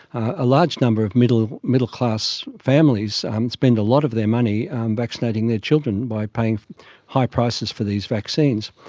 a large number of middle of middle class families spend a lot of their money vaccinating their children by paying high prices for these vaccines.